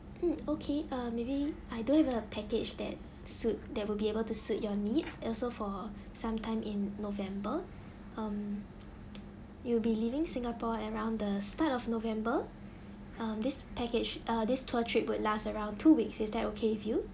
mm okay um maybe I do have a package that suit that will be able to suit your needs also for sometime in november um you'll be leaving singapore around the start of november um this package uh this tour trip would last around two weeks is that okay with you